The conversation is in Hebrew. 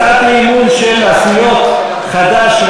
הצעת אי-אמון של הסיעות חד"ש,